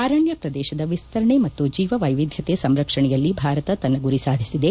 ಅರಣ್ಯ ಪ್ರದೇಶದ ವಿಸ್ತರಣೆ ಮತ್ತು ಜೀವ ವೈವಿಧ್ಯತೆ ಸಂರಕ್ಷಣೆಯಲ್ಲಿ ಭಾರತ ತನ್ನ ಗುರಿ ಸಾಧಿಸಿದೆ